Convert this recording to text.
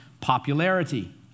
popularity